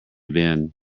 bin